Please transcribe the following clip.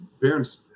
parents